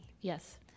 Yes